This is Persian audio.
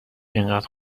انقد